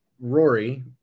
rory